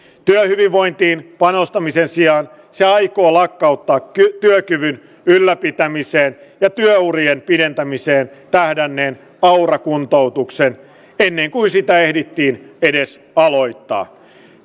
työhyvinvointiin panostamisen sijaan se aikoo lakkauttaa työkyvyn ylläpitämiseen ja työurien pidentämiseen tähdänneen aura kuntoutuksen ennen kuin sitä ehdittiin edes aloittaa